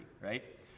right